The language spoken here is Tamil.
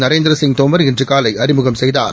நரேந்தரசிங்தோமர்இன்றுகாலைஅறிமுகம்செய் தார்